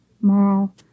moral